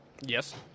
Yes